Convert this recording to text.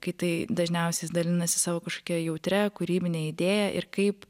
kai tai dažniausiai jis dalinasi savo kažkokia jautria kūrybine idėja ir kaip